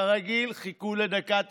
כרגיל, חיכו לדקה ה-90,